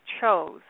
chose